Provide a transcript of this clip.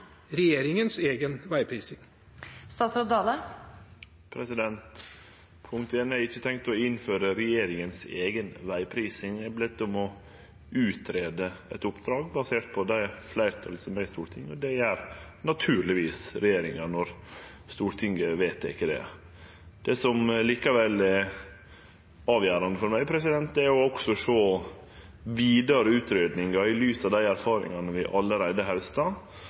regjeringens egen veiprising? Punkt 1: Eg har ikkje tenkt å innføre «regjeringens egen veiprising». Eg er av det fleirtalet som er i Stortinget, bedt om å greie ut eit oppdrag, og det gjer naturlegvis regjeringa når Stortinget vedtek det. Det som likevel er avgjerande for meg, er også å sjå vidare utgreiingar i lys av dei erfaringane vi